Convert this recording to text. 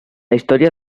historia